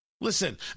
Listen